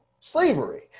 Slavery